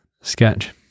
sketch